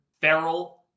feral